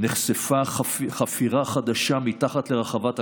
נחשפה חפירה חדשה מתחת לרחבת הכותל,